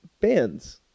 bands